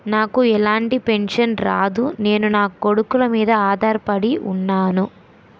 నాకు ఎలాంటి పెన్షన్ రాదు నేను నాకొడుకుల మీద ఆధార్ పడి ఉన్నాను